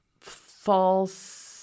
false